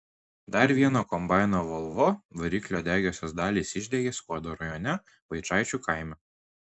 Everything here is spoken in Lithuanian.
dar vieno kombaino volvo variklio degiosios dalys išdegė skuodo rajone vaičaičių kaime